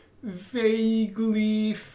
vaguely